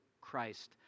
Christ